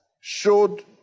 showed